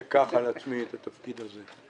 אני אקח על עצמי את התפקיד הזה.